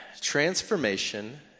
transformation